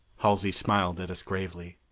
halsey smiled at us gravely.